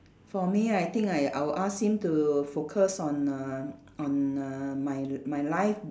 for me I think I'll I'll ask him to focus on err on err my l~ my life